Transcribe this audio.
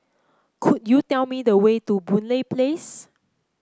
could you tell me the way to Boon Lay Place